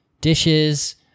dishes